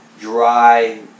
dry